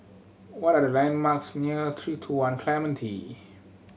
what are the landmarks near Three Two One Clementi